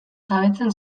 jabetzen